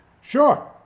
Sure